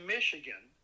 Michigan